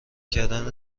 کردن